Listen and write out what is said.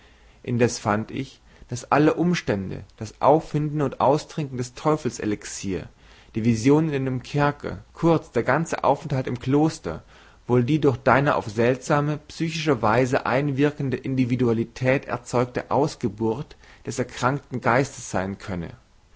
indessen fand ich daß alle umstände das auffinden und austrinken des teufelselixiers die vision in dem kerker kurz der ganze aufenthalt im kloster wohl die durch deine auf seltsame psychische weise einwirkende individualität erzeugte ausgeburt des erkrankten geistes sein könne